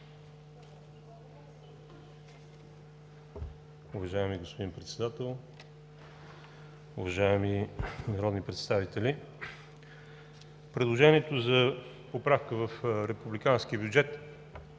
Уважаеми господин Председател, уважаеми народни представители! Предложението за поправка в републиканския бюджет